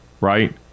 right